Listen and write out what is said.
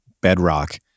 bedrock